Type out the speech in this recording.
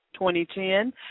2010